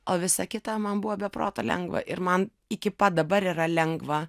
o visa kita man buvo be proto lengva ir man iki pat dabar yra lengva